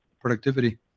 productivity